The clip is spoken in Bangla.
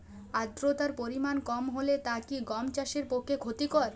আর্দতার পরিমাণ কম হলে তা কি গম চাষের পক্ষে ক্ষতিকর?